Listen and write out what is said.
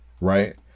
right